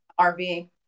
RV